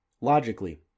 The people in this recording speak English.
logically